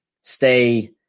stay